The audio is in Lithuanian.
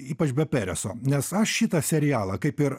ypač be pereso nes aš šitą serialą kaip ir